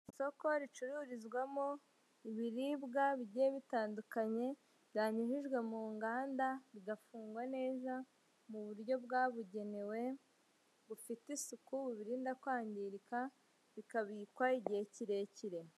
Isoko ricururizwamo ibiribwa bigiye bitandukanye, byanyujijwe mu nganda, bigafungwa neza mu buryo bwabugenewe, bufite isuku bubirinda kwangirika, bikabikwa igihe kirekire.